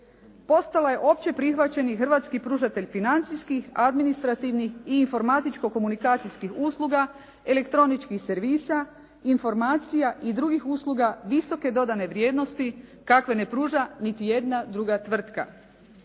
Postala je opće prihvaćeni hrvatski pružatelj financijskih, administrativnih i informatičko-komunikacijskih usluga, elektroničkih servisa, informacija i drugih usluga visoke dodane vrijednosti kakve ne pruža niti jedna druga tvrtka.